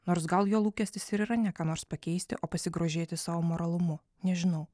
nors gal jo lūkestis ir yra ne ką nors pakeisti o pasigrožėti savo moralumu nežinau